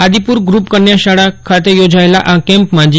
Adipur group કન્યાશાળા ખાતે યોજાયેલા આ કેમ્પમાં જી